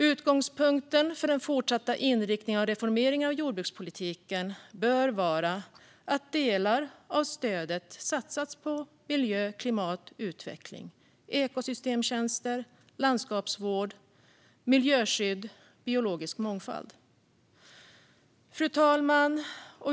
Utgångspunkten för den fortsatta inriktningen av reformeringen av jordbrukspolitiken bör vara att delar av stödet satsas på miljö, klimat, utveckling, ekosystemtjänster, landskapsvård, miljöskydd och biologisk mångfald. Fru talman!